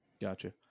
gotcha